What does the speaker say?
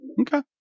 Okay